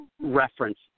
reference